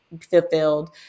fulfilled